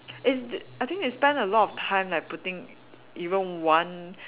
it's I think they spend a lot of time leh putting even one